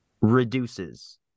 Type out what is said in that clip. reduces